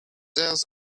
else